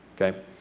okay